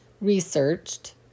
researched